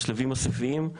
בשלבים הסופיים.